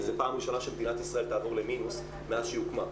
כי זו פעם ראשונה שמדינת ישראל תעבור למינוס מאז שהיא הוקמה.